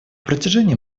протяжении